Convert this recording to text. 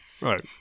Right